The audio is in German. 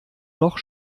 noch